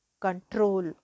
control